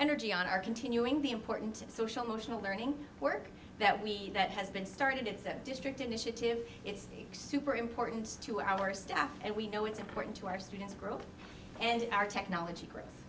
energy on are continuing the important social motional learning work that we that has been started it's a district initiative it's super important to our staff and we know it's important to our students growth and our technology